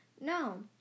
No